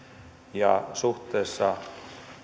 ja suhteessa